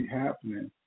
happening